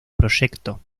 proyecto